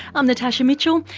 i'm natasha mitchell,